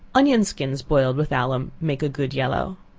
onion skins boiled with alum make a good yellow.